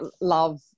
love